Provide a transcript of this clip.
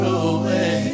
away